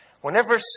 Whenever